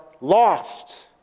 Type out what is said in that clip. lost